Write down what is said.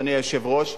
אדוני היושב-ראש,